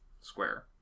Square